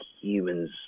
humans